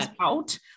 out